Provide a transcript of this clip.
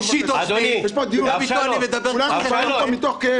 תכבד פה --- כולם באים פה מתוך כאב